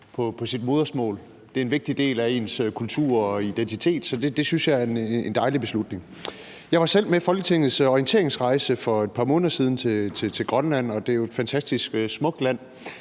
på deres modersmål. Det er en vigtig del af ens kultur og identitet. Så det synes jeg er en dejlig beslutning. Jeg var selv på Folketingets orienteringsrejse til Grønland for et par måneder siden, og det er jo et fantastisk smukt land.